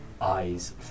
eyes